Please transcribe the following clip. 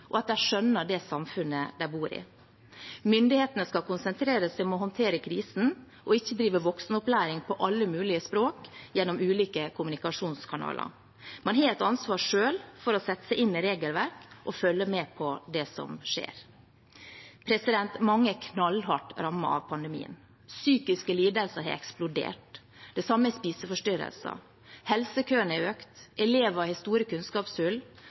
og at de skjønner det samfunnet de bor i. Myndighetene skal konsentrere seg om å håndtere krisen og ikke drive voksenopplæring på alle mulige språk gjennom ulike kommunikasjonskanaler. Man har et ansvar selv for å sette seg inn i regelverk og å følge med på det som skjer. Mange er knallhardt rammet av pandemien. Psykiske lidelser har eksplodert. Det samme har spiseforstyrrelser. Helsekøene har økt. Elever har store kunnskapshull.